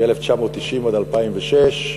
מ-1990 עד 2006,